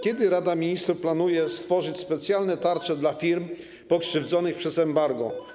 Kiedy Rada Ministrów planuje stworzyć specjalne tarcze dla firm pokrzywdzonych przez embargo?